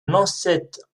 lancette